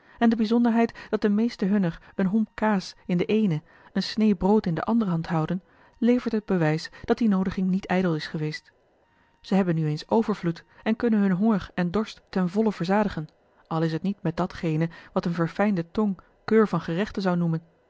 en de bijzonderheid dat de meesten hunner een homp kaas in de eene een sneê brood in de andere hand houden levert het bewijs dat die noodiging niet ijdel is geweest zij hebben nu eens overvloed en kunnen hun honger en dorst ten volle verzadigen al is t niet met datgene wat eene verfijnde tong keur van gerechten zou noemen